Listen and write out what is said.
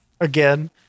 Again